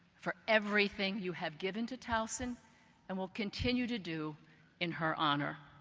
for everything you have given to towson and will continue to do in her honor.